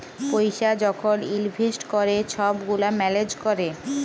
পইসা যখল ইলভেস্ট ক্যরে ছব গুলা ম্যালেজ ক্যরে